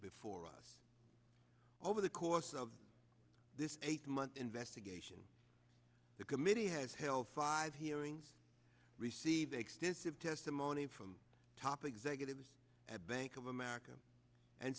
before us over the course of this eight month investigation the committee has held five hearings received extensive testimony from top executives at bank of america and